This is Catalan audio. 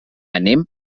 anem